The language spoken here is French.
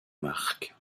marque